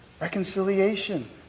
Reconciliation